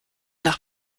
nach